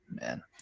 Man